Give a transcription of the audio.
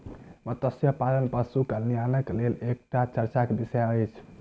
मत्स्य पालन पशु कल्याणक लेल एकटा चर्चाक विषय अछि